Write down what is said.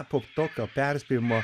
po tokio perspėjimo